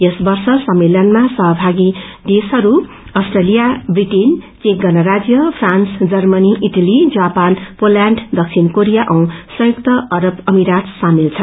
यस वर्ष सम्मेलनमा सहयोगी देशहरू अप्ट्रेलिया व्रिटेन चक गणराजय France Germany Italy Japan Poland दक्षिण क्रेरिया औ संयुक्त अरब अमीरात सामेल छन्